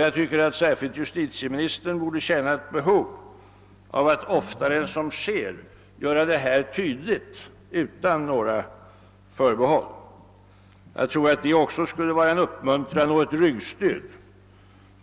Jag tycker att särskilt justitieministern borde känna ett behov av att oftare än vad som sker göra detta tydligt, utan några förbehåll. Det skulle, tror jag, också vara en uppmuntran och ett ryggstöd